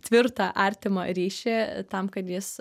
tvirtą artimą ryšį tam kad jis